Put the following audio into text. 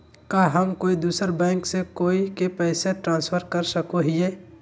का हम कोई दूसर बैंक से कोई के पैसे ट्रांसफर कर सको हियै?